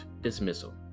dismissal